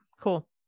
cool